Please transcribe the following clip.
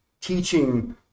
teaching